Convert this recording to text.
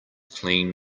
clean